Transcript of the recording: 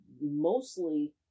mostly